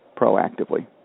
proactively